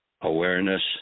Awareness